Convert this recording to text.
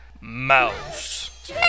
Mouse